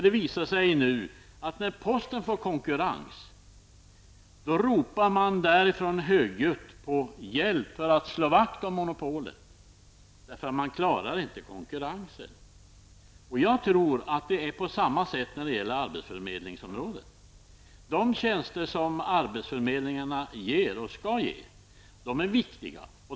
Det visar sig där nu att när posten får konkurrens då ropar man därifrån högljutt på hjälp för att slå vakt om monopolet, för man klarar inte konkurrensen. Jag tror att det är på samma sätt när det gäller arbetsförmedlingsområdet. De tjänster som arbetsförmedlingarna ger och skall ge är viktiga.